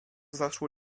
zaszło